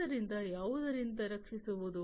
ಆದ್ದರಿಂದ ಯಾವುದರಿಂದ ರಕ್ಷಿಸುವುದು